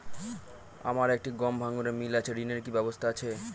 আমার একটি গম ভাঙানোর মিল আছে ঋণের কি ব্যবস্থা আছে?